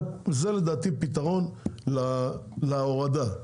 לדעתי זה פתרון להורדה,